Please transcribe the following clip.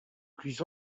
plus